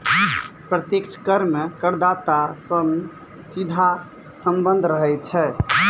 प्रत्यक्ष कर मे करदाता सं सीधा सम्बन्ध रहै छै